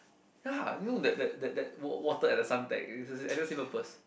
ya you know that that that that wa~ water at Suntec it has the same purpose